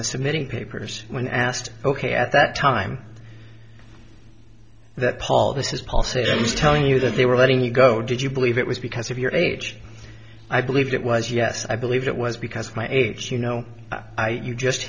the submitting papers when asked ok at that time that paul this is policy that was telling you that they were letting you go did you believe it was because of your age i believe it was yes i believe it was because of my age you know i